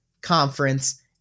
conference